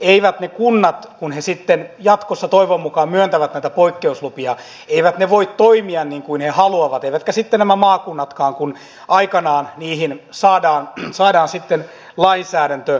eivät kunnat kun ne sitten jatkossa toivon mukaan myöntävät näitä poikkeuslupia voi toimia niin kuin ne haluavat eivätkä maakunnatkaan kun aikanaan niihin sitten saadaan lainsäädäntö päätettyä